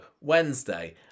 Wednesday